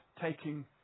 taking